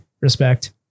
respect